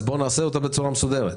בוא נעשה אותה בצורה מסודרת.